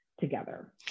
together